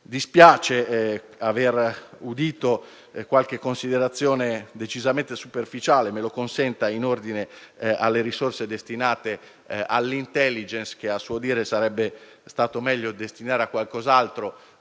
inoltre aver udito qualche considerazione decisamente superficiale - me lo consenta - in ordine alle risorse destinate all'*intelligence* che, a suo dire, sarebbe stato meglio destinare a qualcos'altro,